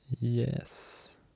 yes